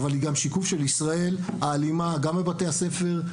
אבל היא גם שיקוף של ישראל האלימה גם בבתי הספר,